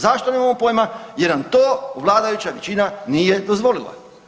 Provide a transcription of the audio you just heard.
Zašto nemamo pojima jer nam to vladajuća većina nije dozvolila.